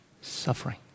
suffering